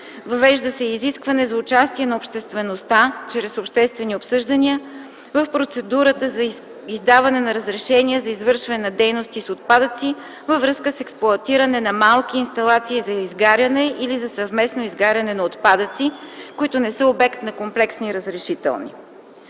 Въвежда се и изискване за участие на обществеността, чрез обществени обсъждания, в процедурата за издаване на разрешения за извършване на дейности с отпадъци във връзка с експлоатиране на малки инсталации за изгаряне или за съвместно изгаряне на отпадъци, които не са обект на комплексно разрешително.